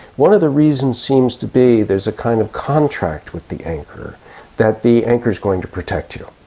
one of the reasons seems to be there's a kind of contract with the anchor that the anchor is going to protect you,